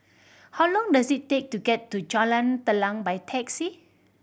how long does it take to get to Jalan Telang by taxi